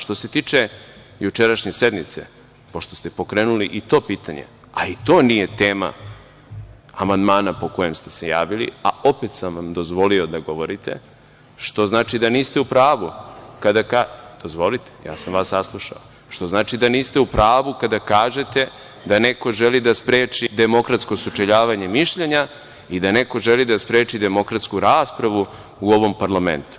Što se tiče jučerašnje sednice, pošto ste pokrenuli i to pitanje, a i to nije tema amandmana po kojem ste se javili, a opet sam vam dozvolio da govorite, što znači da niste u pravu kada kažete da neko želi da spreči demokratsko sučeljavanje mišljenja i da neko želi da spreči demokratsku raspravu u ovom parlamentu.